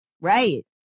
Right